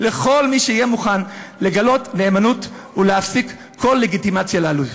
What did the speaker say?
לכל מי שיהיה מוכן לגלות נאמנות ולהפסיק כל לגיטימציה לאלימות.